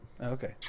Okay